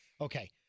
Okay